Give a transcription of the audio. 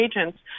agents